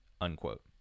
unquote